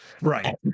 Right